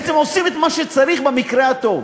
בעצם עושים את מה שצריך במקרה הטוב,